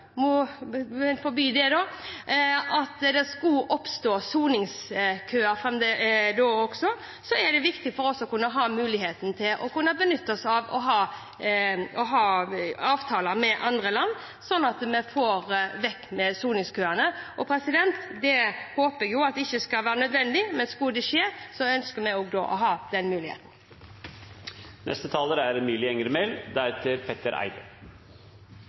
skulle oppstå soningskøer, er det viktig for oss å kunne ha muligheten til å benytte oss av avtaler med andre land, sånn at vi får bukt med soningskøene. Det håper jeg ikke skal bli nødvendig, men skulle det skje, så ønsker vi å ha den muligheten.